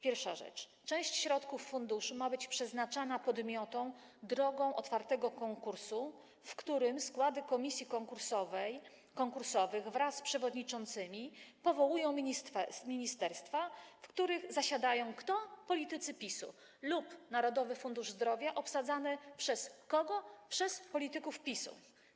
Pierwsza rzecz - część środków funduszu ma być przeznaczana podmiotom drogą otwartego konkursu, w którym składy komisji konkursowych wraz z przewodniczącymi powołują ministerstwa, w których zasiadają - kto? - politycy PiS-u, lub Narodowy Fundusz Zdrowia obsadzany - przez kogo? - przez polityków PiS-u.